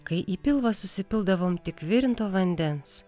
kai į pilvą susipildavom tik virinto vandens